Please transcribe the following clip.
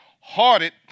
hearted